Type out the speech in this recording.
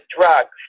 drugs